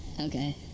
Okay